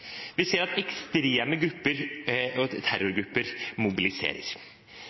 Vi ser at ekstreme grupper og terrorgrupper